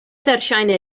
verŝajne